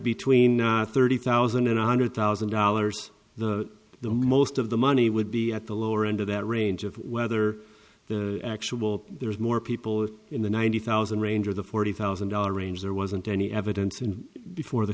between thirty thousand and one hundred thousand dollars the most of the money would be at the lower end of that range of whether the actual there's more people in the ninety thousand range or the forty thousand dollars range there wasn't any evidence and before the